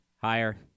Higher